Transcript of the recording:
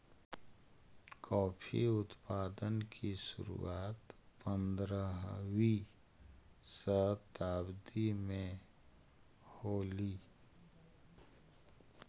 coffee उत्पादन की शुरुआत पंद्रहवी शताब्दी में होलई